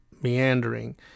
meandering